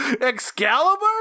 Excalibur